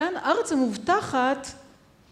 אין, הארץ המובטחת.